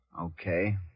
Okay